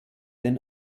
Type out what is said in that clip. den